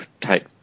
take